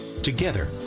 Together